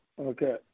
okay